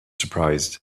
surprised